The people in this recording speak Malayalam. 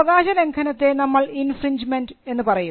അവകാശ ലംഘനത്തെ നമ്മൾ ഇൻഫ്രിൻജ്മെൻറ് എന്ന് പറയും